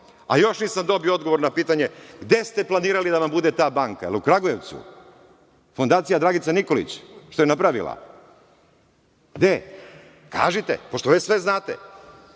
A, još nisam dobio odgovor na pitanje - gde ste planirali da vam bude ta banka, jel u Kragujevcu, Fondacija Dragice Nikolić, što je napravila? Gde? Kažite, pošto već sve znate. Znači,